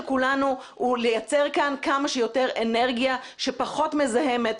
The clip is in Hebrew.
כולנו הוא לייצר כאן כמה שיותר אנרגיה שפחוות מזהמת,